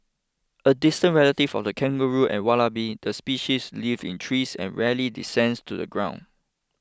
a distant relative of the kangaroo and wallaby the species lives in trees and rarely descends to the ground